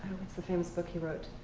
what's the famous book he wrote?